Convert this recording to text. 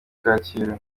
kacyiru